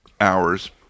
hours